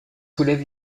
soulève